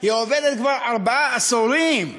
היא עובדת כבר ארבעה עשורים.